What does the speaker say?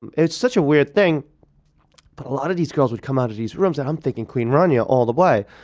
it such a weird thing. but a lot of these girls would come out of these rooms and i'm thinking queen rania all the way.